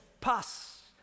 pass